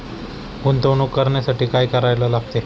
गुंतवणूक करण्यासाठी काय करायला लागते?